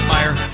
Fire